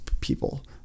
people